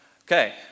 Okay